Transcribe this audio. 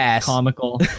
comical